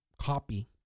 copy